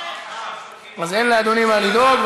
אין לאדוני מה לדאוג.